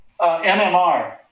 MMR